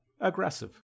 aggressive